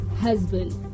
husband